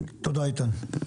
תודה, איתן.